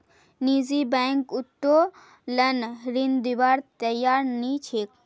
निजी बैंक उत्तोलन ऋण दिबार तैयार नइ छेक